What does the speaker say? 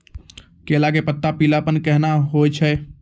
केला के पत्ता पीलापन कहना हो छै?